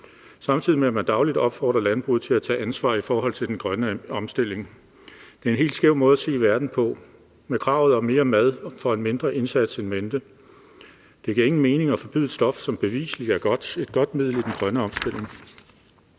samtidig med at man dagligt opfordrer landbruget til at tage ansvar i forhold til den grønne omstilling. Det er en helt skæv måde at se verden på med kravet om mere mad for en mindre indsats in mente. Det giver ingen mening at forbyde et stof, som bevisligt er godt, et godt middel i den grønne omstilling.